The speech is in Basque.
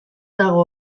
dago